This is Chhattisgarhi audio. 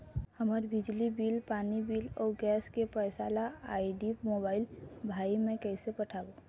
हमर बिजली बिल, पानी बिल, अऊ गैस के पैसा ला आईडी, मोबाइल, भाई मे कइसे पटाबो?